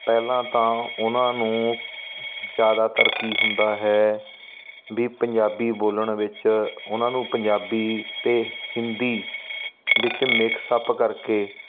ਪਹਿਲਾਂ ਤਾਂ ਉਹਨਾਂ ਨੂੰ ਜ਼ਿਆਦਾਤਰ ਕੀ ਹੁੰਦਾ ਹੈ ਵੀ ਪੰਜਾਬੀ ਬੋਲਣ ਵਿੱਚ ਉਹਨਾਂ ਨੂੰ ਪੰਜਾਬੀ ਅਤੇ ਹਿੰਦੀ ਵਿੱਚ ਮਿਕਸ ਅਪ ਕਰਕੇ